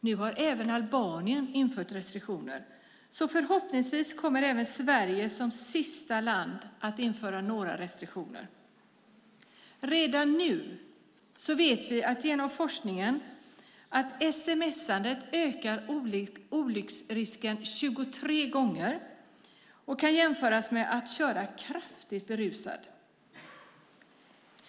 Nu har även Albanien infört restriktioner, och förhoppningsvis kommer även Sverige som sista land att införa några restriktioner. Redan nu vet vi genom forskning att sms:andet ökar olycksrisken 23 gånger och kan jämföras med att köra kraftigt berusad.